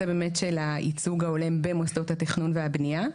באמת של הייצוג ההולם במוסדות התכנון והבנייה.